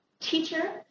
teacher